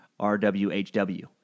RWHW